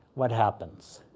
what happens?